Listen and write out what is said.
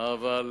אבל